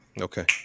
Okay